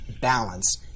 balance